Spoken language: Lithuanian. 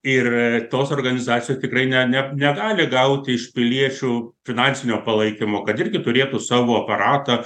ir tos organizacijos tikrai ne ne negali gauti iš piliečių finansinio palaikymo kad irgi turėtų savo aparatą